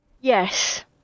Yes